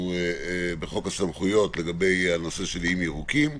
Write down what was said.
בחוק הסמכויות לגבי הנושא של איים ירוקים,